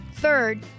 Third